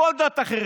כל דת אחרת,